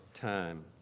time